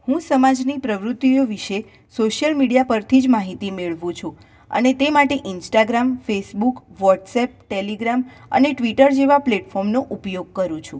હું સમાજની પ્રવુત્તિઓ વિશે સોશિયલ મીડિયા પરથી જ માહિતી મેળવું છું અને તે માટે ઇન્સ્ટાગ્રામ ફેસબુક વોટ્સએપ ટેલીગ્રામ અને ટ્વીટર જેવા પ્લેટફોર્મનો ઉપયોગ કરું છું